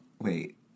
Wait